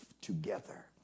together